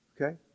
Okay